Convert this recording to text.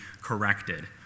corrected